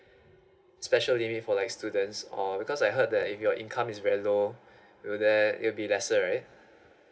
special unit for like students or because I heard that if your income is very low will there it will be lesser right